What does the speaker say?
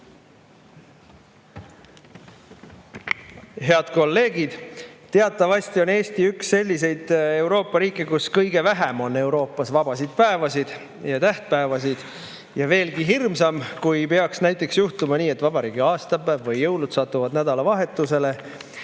Head kolleegid! Teatavasti on Eesti üks selliseid Euroopa riike, kus on kõige vähem vabasid päevasid ja tähtpäevasid. Ja veelgi hirmsam: kui peaks juhtuma nii, et vabariigi aastapäev või jõulud satuvad nädalavahetusele,